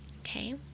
okay